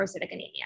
anemia